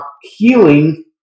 healing